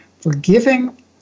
Forgiving